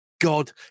god